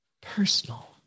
personal